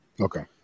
Okay